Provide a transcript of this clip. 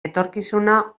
etorkizuna